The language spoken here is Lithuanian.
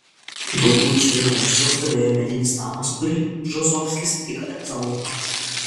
galbūt čia jau anksčiau stovėjo medinis namas kurį bžozovskis tik atnaujino